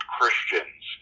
Christians